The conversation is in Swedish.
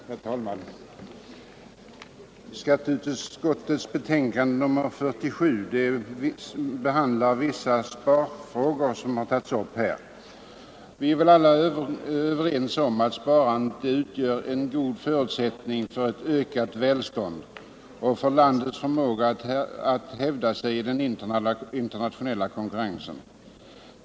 Herr talman! I skatteutskottets betänkande nr 47 behandlas vissa sparfrågor. Vi är väl alla överens om att sparandet utgör en god förutsättning för ökat välstånd och för landets förmåga att hävda sig i den internationella konkurrensen.